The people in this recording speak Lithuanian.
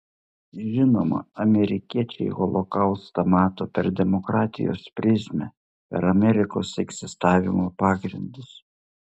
žinoma amerikiečiai holokaustą mato per demokratijos prizmę per amerikos egzistavimo pagrindus